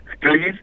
please